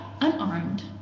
unarmed